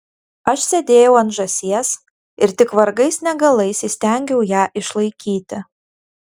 aš sėdėjau ant žąsies ir tik vargais negalais įstengiau ją išlaikyti